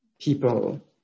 people